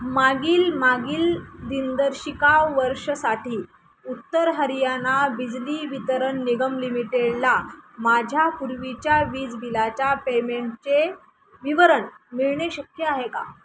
मागील मागील दिनदर्शिका वर्षसाठी उत्तर हरियाणा बिजली वितरण निगम लिमिटेडला माझ्या पूर्वीच्या वीज बिलाच्या पेमेंटचे विवरण मिळणे शक्य आहे का